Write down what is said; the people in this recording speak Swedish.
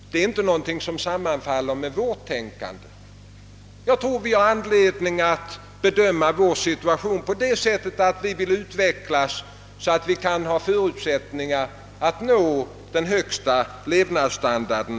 Detta överensstämmer inte med vår uppfattning. Vi vill söka skapa förutsättningar för att vårt folk skall nå den högsta tänkbara levnadsstandarden.